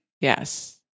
Yes